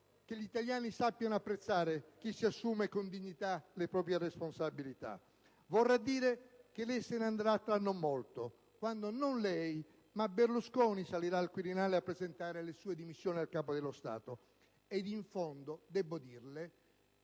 che gli italiani sappiano apprezzare chi si assume con dignità le proprie responsabilità. Vorrà dire che lei se ne andrà tra non molto, quando non lei ma Berlusconi salirà al Quirinale a presentare le sue dimissioni al Capo dello Stato; ed in fondo, debbo dirle,